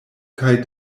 kaj